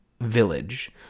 village